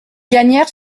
gagnèrent